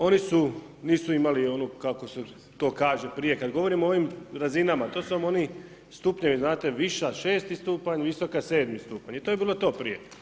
Oni su, nisu imali onu kako se to kaže prije kad govorimo o ovim razinama, to su vam oni stupnjevi znate, viša 6. stupanj, visoka 7. stupanj i to je bilo to prije.